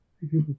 People